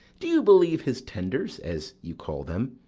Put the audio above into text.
do you believe his tenders, as you call them?